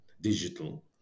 Digital